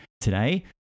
today